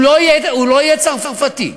הוא לא יהיה צרפתי,